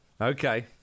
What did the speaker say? okay